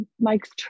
Mike's